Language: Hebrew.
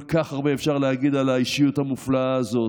כל כך הרבה אפשר להגיד על האישיות המופלאה הזאת.